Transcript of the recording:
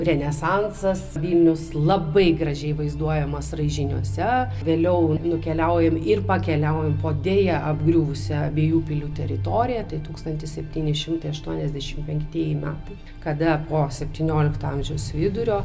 renesansas vilnius labai gražiai vaizduojamas raižiniuose vėliau nukeliaujam ir pakeliavom po deja apgriuvusią abiejų pilių teritoriją tai tūkstantis septyni šimtai aštuoniasdešimt penktieji metai kada po septyniolikto amžiaus vidurio